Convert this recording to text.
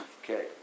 okay